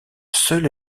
seul